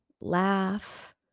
laugh